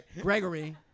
Gregory